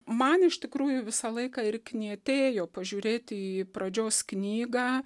man iš tikrųjų visą laiką knietėjo pažiūrėti į pradžios knygą